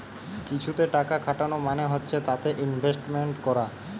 কিছুতে টাকা খাটানো মানে হচ্ছে তাতে ইনভেস্টমেন্ট করা